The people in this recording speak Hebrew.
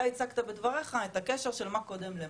אתה הצגת בדברייך של מה קודם למה,